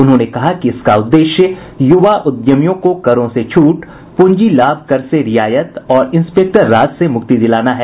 उन्होंने कहा कि इसका उद्देश्य युवा उद्यमियों को करों से छूट पूंजी लाभ कर से रियायत और इंसपेक्टर राज से मुक्ति दिलाना है